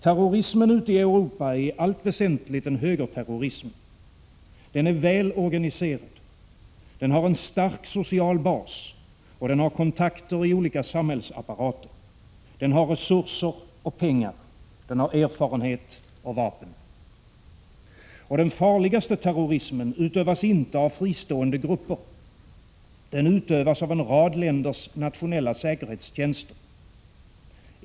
Terrorismen ute i Europa är i allt väsentligt en högerterrorism. Den är väl organiserad. Den har en stark social bas, och den har kontakter i olika samhällsapparater. Den har resurser och pengar. Den har erfarenhet och vapen. Den farligaste terrorismen utövas inte av fristående grupper. Den utövas av en rad länders nationella säkerhetstjänster.